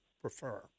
prefer